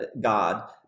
God